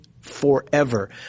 forever